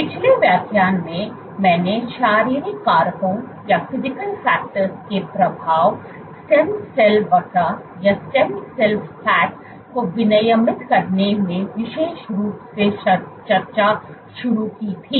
पिछले व्याख्यान में मैंने शारीरिक कारकों के प्रभाव स्टेम सेल वसा को विनियमित करने में विशेष रूप से चर्चा शुरू की थी